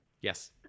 Yes